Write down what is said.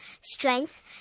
strength